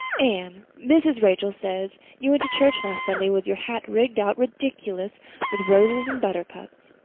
anne, mrs. rachel says you went to church last sunday with your hat rigged out ridiculous with roses and buttercups.